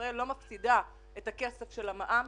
ישראל לא מפסידה את הכסף של המע"מ,